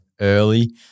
early